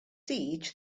siege